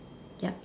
yup